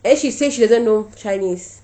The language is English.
then she say she doesn't know chinese